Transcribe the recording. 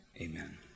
amen